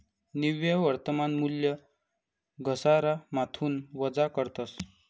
निव्वय वर्तमान मूल्य घसारामाथून वजा करतस